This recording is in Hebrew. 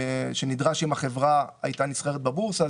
שנדרש אם החברה היתה נסחרת בבורסה.